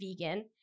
vegan